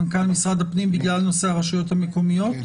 מנכ"ל משרד הפנים בגלל נושא הרשויות המקומיות?